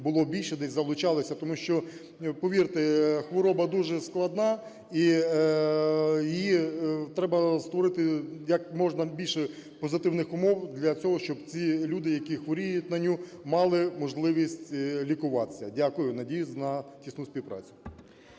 було більше, десь залучалося, тому що, повірте, хвороба дуже складна і треба створити якомога більше позитивних умов для цього, щоб ці люди, які хворіють на неї, мали можливість лікуватися. Дякую. Надіюсь на тісну співпрацю.